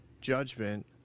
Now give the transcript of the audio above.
judgment